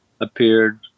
appeared